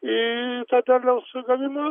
į tą derliaus gavimą